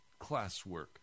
classwork